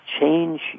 change